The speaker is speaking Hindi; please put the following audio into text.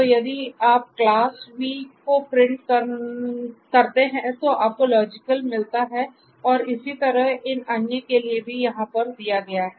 तो आपके पास V है जो ट्रू मिलता है और इसी तरह इन अन्य के लिए भी यहाँ पर दिया गया है